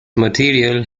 material